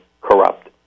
corrupt